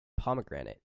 pomegranate